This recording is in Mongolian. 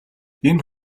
энэ